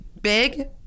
big